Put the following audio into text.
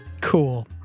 cool